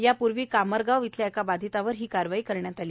यापूर्वी कामरगाव येथील एका बाधितावर अशीच कारवाई करण्यात आली